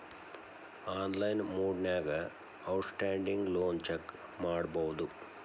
online ಮೊಡ್ನ್ಯಾಗ outstanding loan check ಮಾಡಬೋದು